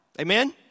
amen